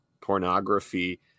pornography